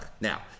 Now